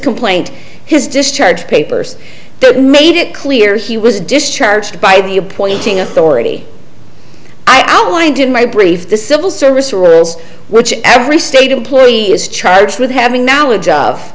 complaint his discharge papers that made it clear he was discharged by the appointing authority i outlined in my brief the civil service rules which every state employee is charged with having knowledge of